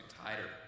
tighter